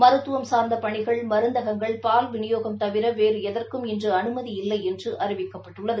மருத்துவம் சார்ந்த பணிகள் மருந்தகங்கள் பால்விநியோகம் தவிர வேறு எதற்கும் இன்று அனுமதியில்லை என்று அறிவிக்கப்பட்டுள்ளது